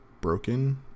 broken